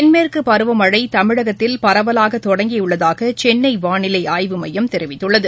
தென்மேற்குபருவமனழதமிழகத்தில் பரவலாகதொடங்கியுள்ளதாகசென்னைவானிலைஆய்வு மையம் தெரிவித்துள்ளது